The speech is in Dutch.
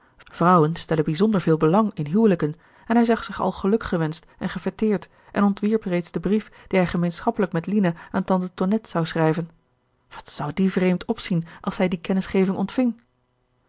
vrouwen stellen bijzonder veel belang in huwelijken en hij zag zich al gelukgewenscht en gefêteerd en ontwierp reeds den brief dien hij gemeenschappelijk met lina aan tante tonnette zou schrijven wat zou die vreemd opzien als zij die kennisgeving ontving